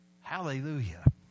Hallelujah